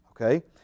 okay